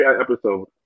episode